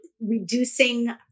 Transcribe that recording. reducing